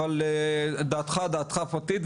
אבל דעתך היא דעתך הפרטית,